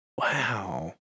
Wow